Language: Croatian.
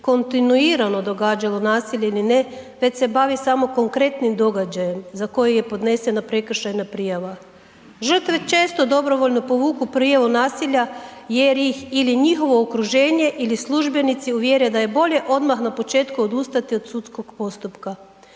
kontinuirano događalo nasilje ili ne, već se bavi samo konkretnim događajem za koji je podnesena prekršajna prijava. Žrtve često dobrovoljno povuku prijavu nasilja jer ih ili njihovo okruženje ili službenici uvjere da je bolje odmah na početku odustati od sudskog postupka.